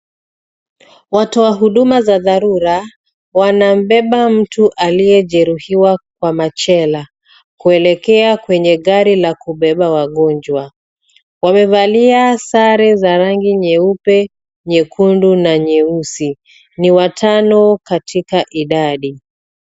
Watoa huduma za dharura wanambeba mtu aliyejeruhiwa kwa machela kuelekea kwenye gari la kubebea wagonjwa. Wamevalia sare za rangi nyeupe, nyekundu na nyeusi. Ni watano katika idadi.